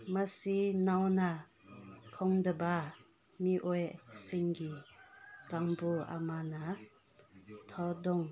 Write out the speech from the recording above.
ꯃꯁꯤ ꯅꯧꯅ ꯈꯪꯗꯕ ꯃꯤꯑꯣꯏꯁꯤꯡꯒꯤ ꯀꯥꯡꯕꯨ ꯑꯃꯅ ꯊꯧꯗꯣꯡ